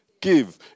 give